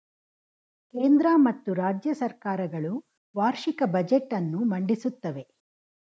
ಕೇಂದ್ರ ಮತ್ತು ರಾಜ್ಯ ಸರ್ಕಾರ ಗಳು ವಾರ್ಷಿಕ ಬಜೆಟ್ ಅನ್ನು ಮಂಡಿಸುತ್ತವೆ